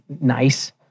nice